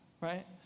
right